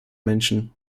menschen